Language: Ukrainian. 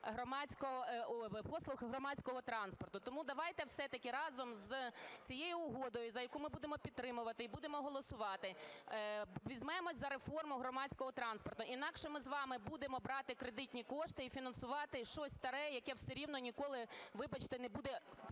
Тому давайте все-таки разом з цієї угодою, яку ми будемо підтримувати і будемо голосувати, візьмемося за реформу громадського транспорту. Інакше ми з вами будемо брати кредитні кошти і фінансувати щось старе, яке все рівно ніколи, вибачте, не буде